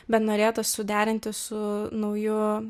bet norėjo tą suderinti su nauju